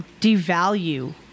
devalue